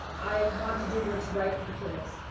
i want to do what's right for kids.